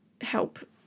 help